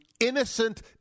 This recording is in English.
Innocent